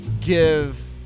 give